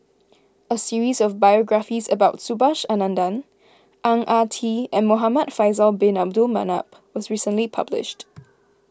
a series of biographies about Subhas Anandan Ang Ah Tee and Muhamad Faisal Bin Abdul Manap was recently published